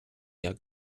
jak